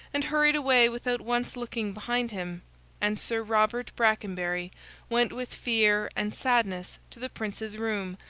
and hurried away without once looking behind him and sir robert brackenbury went with fear and sadness to the princes' room,